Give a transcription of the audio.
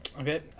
okay